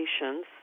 patients